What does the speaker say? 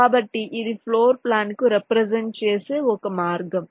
కాబట్టి ఇది ఫ్లోర్ప్లాన్కు రెప్రెసెంట్ చేసే ఒక మార్గం